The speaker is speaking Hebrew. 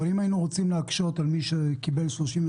אבל אם היינו רוצים להקשות על מי שקיבל 36